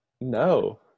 no